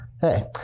Hey